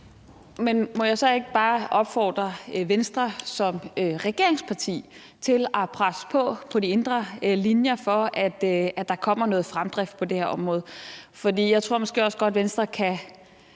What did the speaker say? Men må jeg så ikke bare opfordre Venstre som regeringsparti til at presse på på de indre linjer for, at der kommer noget fremdrift på det her område? Jeg tror måske også godt, at Venstre kan